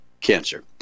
cancer